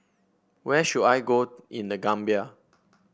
where should I go in The Gambia